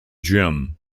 gym